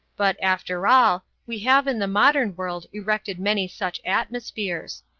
but, after all, we have in the modern world erected many such atmospheres.